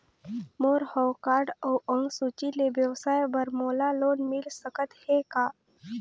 मोर हव कारड अउ अंक सूची ले व्यवसाय बर मोला लोन मिल सकत हे का?